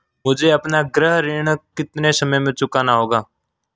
मुझे अपना गृह ऋण कितने समय में चुकाना होगा?